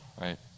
right